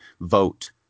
vote